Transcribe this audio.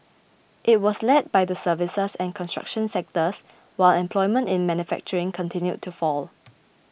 it was led by the services and construction sectors while employment in manufacturing continued to fall